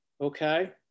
okay